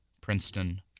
Princeton